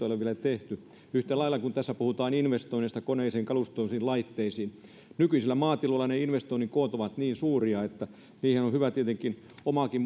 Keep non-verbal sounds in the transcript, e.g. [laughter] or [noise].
ole vielä tehty yhtä lailla kuin tässä puhutaan investoinneista koneisiin kalustoon laitteisiin nykyisillä maatiloilla ne investoinnin koot ovat niin suuria että niihin on on hyvä tietenkin omaakin [unintelligible]